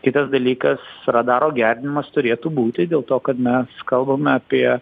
kitas dalykas radaro gerinimas turėtų būti dėl to kad mes kalbame apie